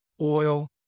oil